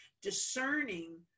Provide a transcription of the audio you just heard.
discerning